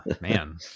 man